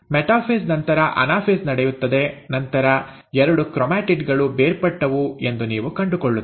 metaphase ನಂತರ anaphase ನಡೆಯುತ್ತದೆ ನಂತರ ಎರಡು ಕ್ರೊಮ್ಯಾಟಿಡ್ ಗಳು ಬೇರ್ಪಟ್ಟವು ಎಂದು ನೀವು ಕಂಡುಕೊಳ್ಳುತ್ತೀರಿ